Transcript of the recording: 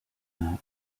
that